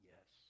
Yes